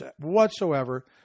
whatsoever